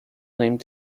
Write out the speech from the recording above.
named